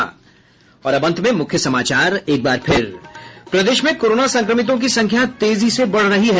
और अब अंत में मुख्य समाचार प्रदेश में कोरोना संक्रमितों की संख्या तेजी से बढ़ रही है